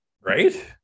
Right